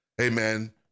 amen